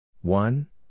One